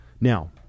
Now